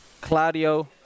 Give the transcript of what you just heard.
Claudio